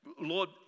Lord